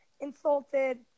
insulted